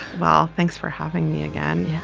well thanks for having me again.